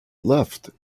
left